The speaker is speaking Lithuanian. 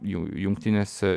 jų jungtinėse